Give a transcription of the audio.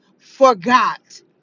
forgot